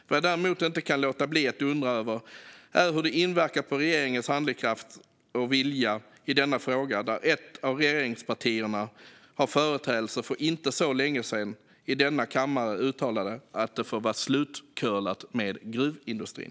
Vad jag däremot inte kan låta bli att undra över är hur det inverkar på regeringens handlingskraft och vilja att ett av regeringspartierna har företrädare som för inte så länge sedan i denna kammare uttalade att det får vara slut med "curlandet av gruvindustrin".